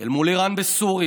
אל מול איראן בסוריה,